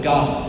God